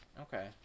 Okay